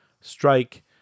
strike